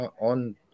on